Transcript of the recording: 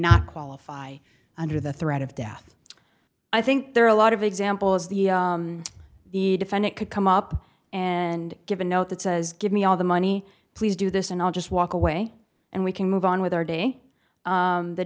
not qualify under the threat of death i think there are a lot of examples the defendant could come up and give a note that says give me all the money please do this and i'll just walk away and we can move on with our day